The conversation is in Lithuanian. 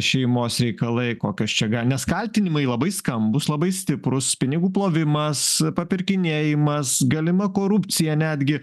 šeimos reikalai kokios čia gal nes kaltinimai labai skambūs labai stiprūs pinigų plovimas papirkinėjimas galima korupcija netgi